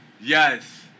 Yes